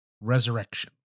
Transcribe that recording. Resurrection